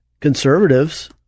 conservatives